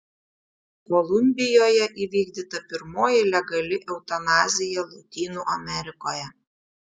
kolumbijoje įvykdyta pirmoji legali eutanazija lotynų amerikoje